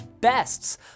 bests